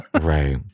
Right